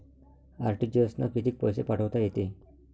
RTGS न कितीक पैसे पाठवता येते?